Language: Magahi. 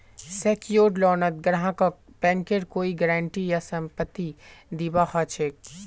सेक्योर्ड लोनत ग्राहकक बैंकेर कोई गारंटी या संपत्ति दीबा ह छेक